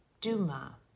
Duma